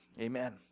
Amen